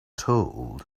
told